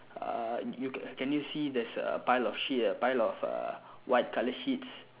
uh you can can you see there's a pile of sheet a pile of uh white colour sheets